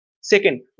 Second